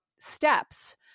steps